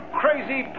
crazy